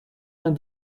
vingt